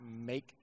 make